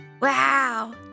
Wow